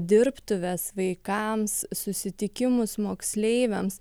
dirbtuves vaikams susitikimus moksleiviams